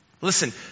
listen